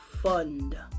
Fund